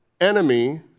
enemy